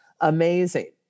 amazing